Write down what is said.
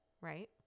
right